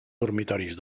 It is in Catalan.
dormitoris